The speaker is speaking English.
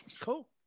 Cool